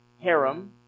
harem